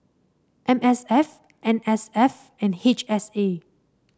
M S F N S F and H S A